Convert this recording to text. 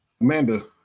Amanda